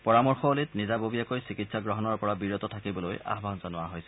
পৰামৰ্শৱলীত নিজাববীয়াকৈ চিকিৎসা গ্ৰহণৰ পৰা বিৰত থাকিবলৈ আহ্বান জনোৱা হৈছে